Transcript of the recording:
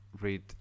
read